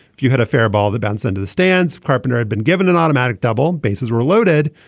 if you had a fair ball the bounce into the stands. carpenter had been given an automatic double basses were loaded.